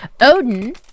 Odin